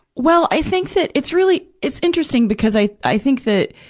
well, i think that, it's really, it's interesting because i, i think that,